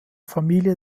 familie